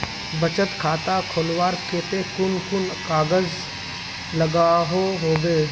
बचत खाता खोलवार केते कुन कुन कागज लागोहो होबे?